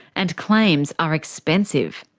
and claims are expensive.